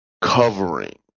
covering